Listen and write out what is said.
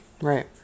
Right